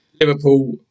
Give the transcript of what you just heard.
Liverpool